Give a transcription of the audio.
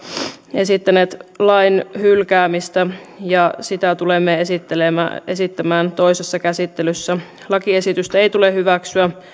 esittäneet lain hylkäämistä ja sitä tulemme esittämään toisessa käsittelyssä lakiesitystä ei tule hyväksyä